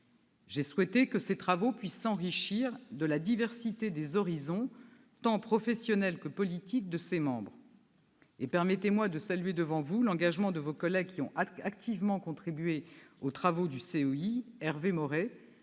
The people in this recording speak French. J'ai souhaité que ses travaux puissent s'enrichir de la diversité des horizons tant professionnels que politiques de ses membres. Permettez-moi de saluer, devant vous, l'engagement de vos collègues qui ont activement contribué aux travaux du COI : Hervé Maurey,